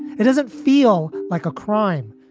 it doesn't feel like a crime.